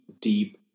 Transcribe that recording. deep